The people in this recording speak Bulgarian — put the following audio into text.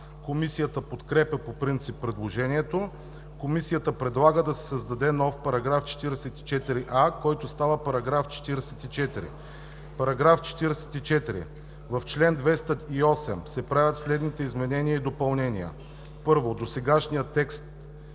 Комисията подкрепя по принцип предложението. Комисията предлага да се създаде нов § 44а, който става § 44: „§ 44. В чл. 208 се правят следните изменения и допълнения: 1. Досегашният текст